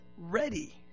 ready